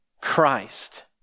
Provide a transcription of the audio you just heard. Christ